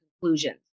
conclusions